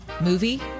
Movie